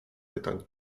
pytań